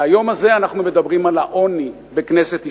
והיום הזה אנחנו מדברים על העוני בכנסת ישראל.